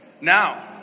Now